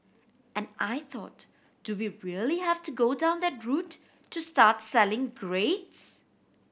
and I thought do we really have to go down that route to start selling grades